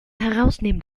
herausnehmen